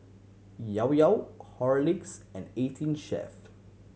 Llao Llao Horlicks and Eighteen Chef